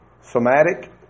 Somatic